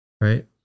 right